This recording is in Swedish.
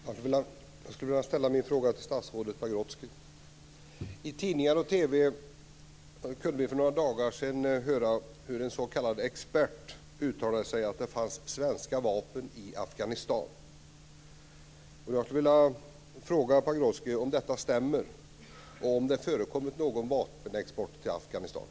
Fru talman! Jag skulle vilja ställa min fråga till statsrådet Pagrotsky. I tidningar och TV kunde vi för några dagar sedan se hur en s.k. expert uttalade sig om att det fanns svenska vapen i Afghanistan. Jag skulle vilja fråga Pagrotsky om detta stämmer och om det har förekommit någon vapenexport till Afghanistan.